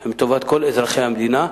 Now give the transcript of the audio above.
הם לטובת כל אזרחי המדינה.